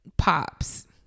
pops